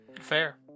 Fair